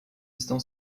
estão